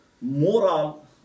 moral